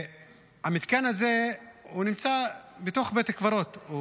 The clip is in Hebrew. המתקן הזה נמצא בתוך בית קברות,